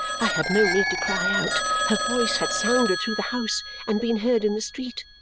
i had no need to cry out her voice had sounded through the house and been heard in the street.